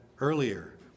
earlier